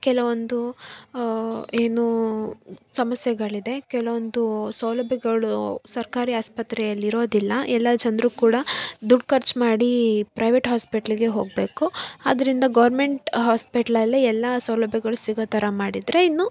ಕೆಲವೊಂದು ಏನು ಸಮಸ್ಯೆಗಳಿದೆ ಕೆಲವೊಂದು ಸೌಲಭ್ಯಗಳು ಸರ್ಕಾರಿ ಆಸ್ಪತ್ರೆಯಲ್ಲಿ ಇರೋದಿಲ್ಲ ಎಲ್ಲ ಜನರು ಕೂಡ ದುಡ್ಡು ಖರ್ಚು ಮಾಡಿ ಪ್ರೈವೇಟ್ ಹಾಸ್ಪಿಟ್ಲ್ಗೆ ಹೋಗಬೇಕು ಆದ್ದರಿಂದ ಗೌರ್ನ್ಮೆಂಟ್ ಹಾಸ್ಪಿಟ್ಲಲ್ಲೇ ಎಲ್ಲ ಸೌಲಭ್ಯಗಳು ಸಿಗೋ ಥರ ಮಾಡಿದರೆ ಇನ್ನೂ